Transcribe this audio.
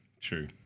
true